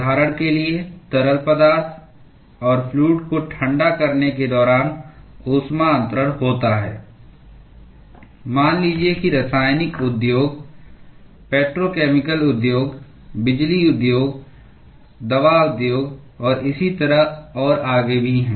उदाहरण के लिए तरल पदार्थ और फ्लूअड को ठंडा करने के दौरान ऊष्मा अन्तरण होता है मान लीजिए कि रासायनिक उद्योग पेट्रोकेमिकल उद्योग बिजली उद्योग दवा उद्योग और इसी तरह और आगे भी है